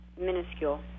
Minuscule